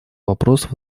вопрос